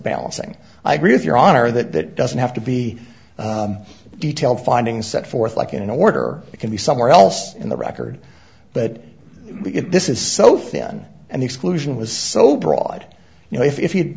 balancing i agree with your honor that that doesn't have to be detailed findings set forth like in an order it can be somewhere else in the record but if this is so thin and exclusion was so broad you know if